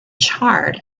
charred